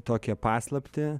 tokią paslaptį